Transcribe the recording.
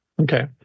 Okay